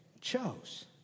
chose